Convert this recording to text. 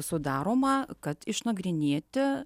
sudaroma kad išnagrinėti